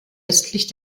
östlich